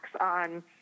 on